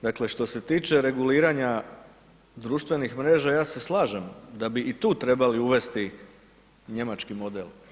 Dakle, što se tiče reguliranja društvenih mreža, ja se slažem da bi i tu trebali uvesti njemački model.